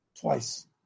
twice